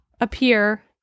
appear